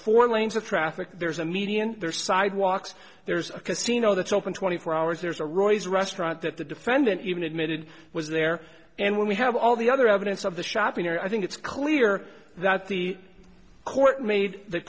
four lanes of traffic there's a median there sidewalks there's a casino that's open twenty four hours there's a roy's restaurant that the defendant even admitted was there and we have all the other evidence of the shopping or i think it's clear that the court made the